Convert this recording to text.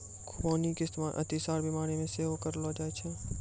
खुबानी के इस्तेमाल अतिसार बिमारी मे सेहो करलो जाय छै